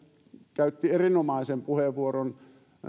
käytti erinomaisen puheenvuoron